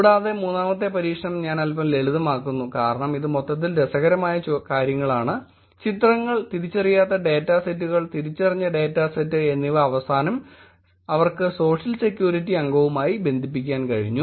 കൂടാതെ മൂന്നാമത്തെ പരീക്ഷണം ഞാൻ അൽപ്പം ലളിതമാക്കുന്നു കാരണം ഇത് മൊത്തത്തിൽ രസകരമായ കാര്യങ്ങളാണ് ചിത്രങ്ങൾ തിരിച്ചറിയാത്ത ഡാറ്റ സെറ്റുകൾ തിരിച്ചറിഞ്ഞ ഡാറ്റ സെറ്റ് എന്നിവ അവസാനം അവർക്ക് സോഷ്യൽ സെക്യൂരിറ്റി അംഗവുമായി ബന്ധിപ്പിക്കാൻ കഴിഞ്ഞു